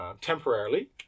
Temporarily